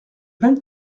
vingt